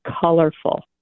colorful